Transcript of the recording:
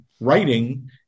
writing